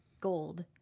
gold